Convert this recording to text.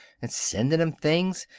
and sending em things,